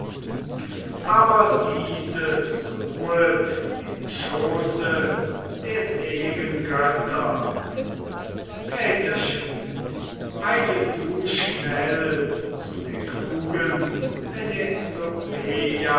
aber dieses ruhet im schoße der seligen götter väterchen eile du schnell zu der klugen